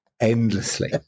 endlessly